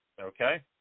Okay